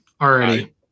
already